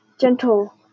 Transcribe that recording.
gentle